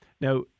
Now